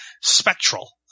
Spectral